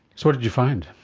sort of you find?